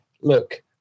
look